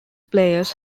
players